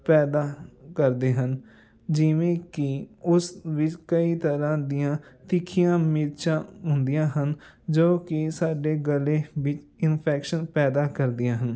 ਪੈਦਾ ਕਰਦੇ ਹਨ ਜਿਵੇਂ ਕਿ ਉਸ ਵਿੱਚ ਕਈ ਤਰ੍ਹਾਂ ਦੀਆਂ ਤਿੱਖੀਆਂ ਮਿਰਚਾਂ ਹੁੰਦੀਆਂ ਹਨ ਜੋ ਕਿ ਸਾਡੇ ਗਲੇ ਵਿੱਚ ਇਨਫੈਕਸ਼ਨ ਪੈਦਾ ਕਰਦੀਆਂ ਹਨ